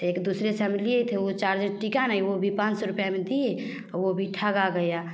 से एक दुसरे से हम लिए थे वो चार्ज टिका नहीं वो भी पाँच सौ रुपयए में दिए वो भी ठगा गया